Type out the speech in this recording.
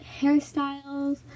hairstyles